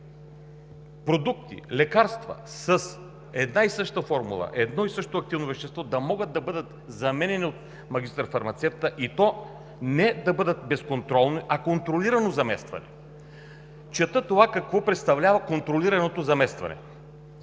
продукти и лекарства с една и съща формула, с едно и също активно вещество да могат да бъдат заменяни от магистър-фармацевта, и то да не бъдат безконтролни, а с контролирано заместване. Чета какво представлява контролираното заместване: